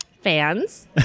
fans